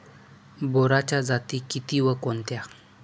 बोराच्या जाती किती व कोणत्या?